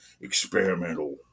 experimental